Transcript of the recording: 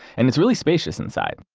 and it's really spacious inside.